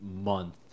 month